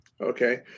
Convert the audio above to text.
Okay